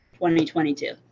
2022